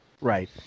Right